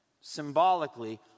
symbolically